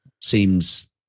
seems